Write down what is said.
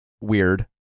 weird